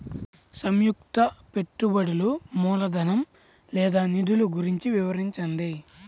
సంయుక్త పెట్టుబడులు మూలధనం లేదా నిధులు గురించి వివరించండి?